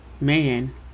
man